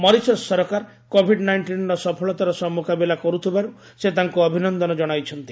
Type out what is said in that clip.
Mauritius ସରକାର Covid ନାଇଷ୍ଟିନ୍ର ସଫଳତାର ସହ ମୁକାବିଲା କରୁଥିବାରୁ ସେ ତାଙ୍କୁ ଅଭିନନ୍ଦନ ଜଣାଇଛନ୍ତି